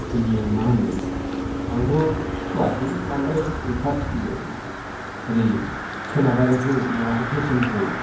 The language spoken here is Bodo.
अपेनियोन मा होननो आंथ' सुखुवासै बांद्राय एफा थि ओरै सोनाबारिखौ माबाखौ पेसोनावखौ